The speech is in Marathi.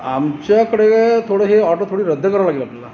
आमच्याकडे थोडं हे ऑर्डर थोडी रद्द करावी लागेल आपल्याला